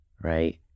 right